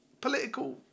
political